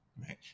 Right